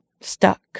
stuck